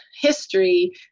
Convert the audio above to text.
history